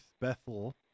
Bethel